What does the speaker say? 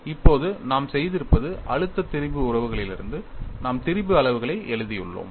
இப்போது நாம் செய்திருப்பது அழுத்த திரிபு உறவிலிருந்து நாம் திரிபு அளவுகளை எழுதியுள்ளோம்